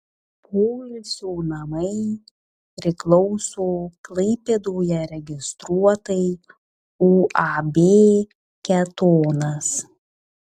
poilsio namai priklauso klaipėdoje registruotai uab ketonas